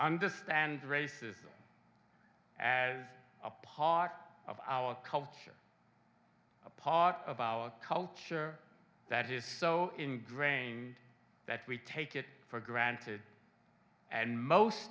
understand racism as a part of our culture a part of our culture that is so ingrained that we take it for granted and most